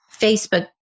Facebook